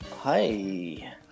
Hi